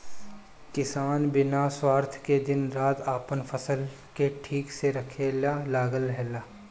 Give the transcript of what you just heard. किसान बिना स्वार्थ के दिन रात आपन फसल के ठीक से रखे ला लागल रहेला